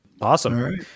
Awesome